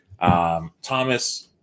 Thomas